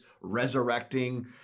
resurrecting